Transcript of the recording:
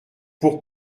pour